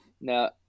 No